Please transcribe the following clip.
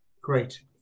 Great